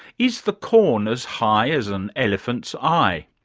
is the corn as high as an elephant's eye?